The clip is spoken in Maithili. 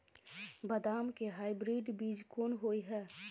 बदाम के हाइब्रिड बीज कोन होय है?